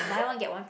buy one get one